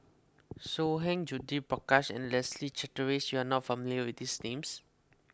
So Heng Judith Prakash and Leslie Charteris you are not familiar with these names